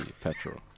Petrol